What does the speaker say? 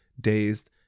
Dazed